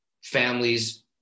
families